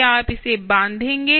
क्या आप इसे बांधेंगे